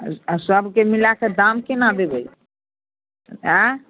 सबके मिलाकऽ दाम केना देबै आएँ